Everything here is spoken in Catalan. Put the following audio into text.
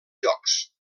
jocs